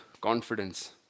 confidence